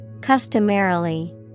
Customarily